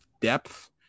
depth